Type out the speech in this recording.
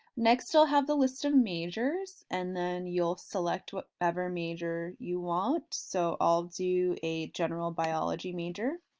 next i'll have the list of majors and then you'll select whatever major you want so i'll do a general biology major.